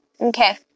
okay